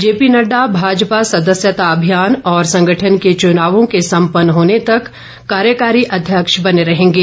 JP Nadda Bhajpa सदस्यता अभियान और संगठन के चुनावों के संपन्न होने तक कार्यकारी अध्यक्ष बने रहेंगे